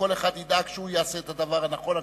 כל אחד ידאג שהוא יעשה את הדבר הנכון,